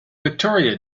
victoria